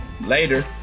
Later